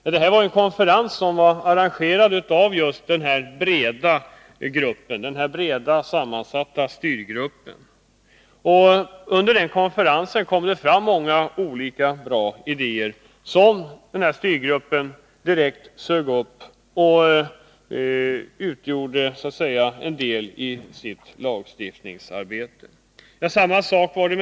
Under konferensen, som var arrangerad av just den brett sammansatta styrgruppen, kom det fram många bra idéer, som styrgruppen direkt tog fasta på och arbetade vidare med i sitt lagstiftningsarbete.